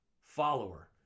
follower